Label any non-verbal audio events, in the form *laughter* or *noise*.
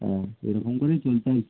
ও এরকম করেই চলছে *unintelligible*